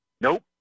Nope